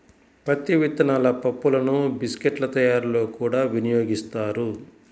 పత్తి విత్తనాల పప్పులను బిస్కెట్ల తయారీలో కూడా వినియోగిస్తారు